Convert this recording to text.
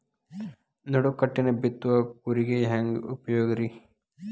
ನಡುಕಟ್ಟಿನ ಬಿತ್ತುವ ಕೂರಿಗೆ ಹೆಂಗ್ ಉಪಯೋಗ ರಿ?